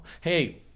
Hey